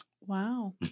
Wow